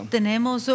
tenemos